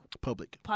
Public